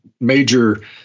major